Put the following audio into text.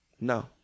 No